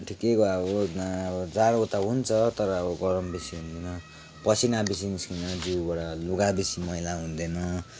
ठिकैको अब अब जाडो त हुन्छ तर अब गरम बेसी हुँदैन पसिना बेसी निस्किँदैन जिउबाट लुगा बेसी मैला हुँदैन